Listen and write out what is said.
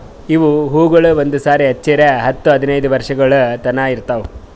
ಇವು ಹೂವುಗೊಳ್ ಒಂದು ಸಾರಿ ಹಚ್ಚುರ್ ಹತ್ತು ಹದಿನೈದು ವರ್ಷಗೊಳ್ ತನಾ ಇರ್ತಾವ್